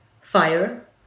fire